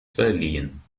verliehen